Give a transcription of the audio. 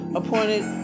appointed